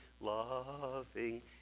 loving